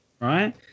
Right